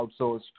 outsourced